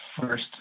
first